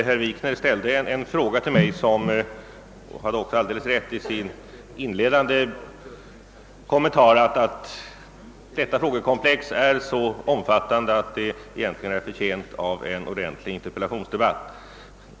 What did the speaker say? Herr talman! Jag håller helt med herr Wikner när han i sin inledande kommentar påpekar att detta frågekomplex är så omfattande, att det egentligen är förtjänt av en ordentlig interpellationsdebatt.